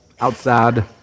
outside